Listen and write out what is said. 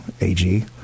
A-G